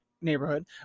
neighborhood